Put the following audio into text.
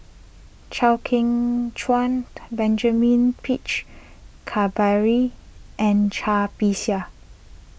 Chew Kheng Chuan Benjamin Peach Keasberry and Cai Bixia